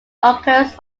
occurs